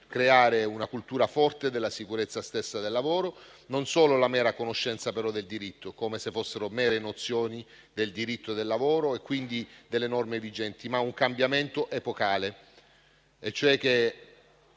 creare una cultura forte della sicurezza del lavoro e non solo una mera conoscenza del diritto, come se si trattasse solo di nozioni di diritto del lavoro e quindi delle norme vigenti: è un cambiamento epocale,